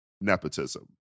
nepotism